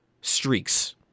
streaks